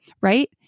right